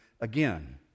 again